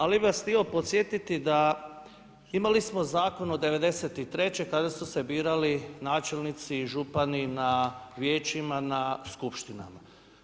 Ali bih vas htio podsjetiti da imali smo zakon od '93. kada su se birali načelnici, župani na vijećima na skupštinama.